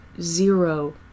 zero